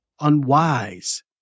unwise